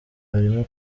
harimo